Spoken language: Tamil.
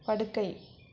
படுக்கை